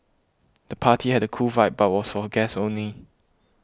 the party had a cool vibe but was for guests only